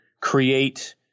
create